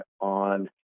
on